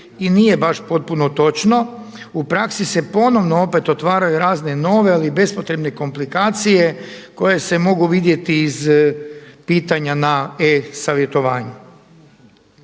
i nije baš potpuno točno. U praksi se ponovno opet otvaraju razne nove, ali bespotrebne komplikacije koje se mogu vidjeti iz pitanja ne e savjetovanju.